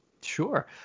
Sure